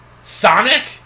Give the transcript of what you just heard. Sonic